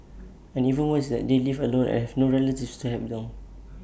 and even worse is that they live alone and have no relatives to help them